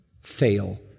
fail